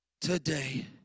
today